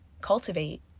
cultivate